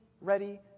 ready